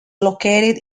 located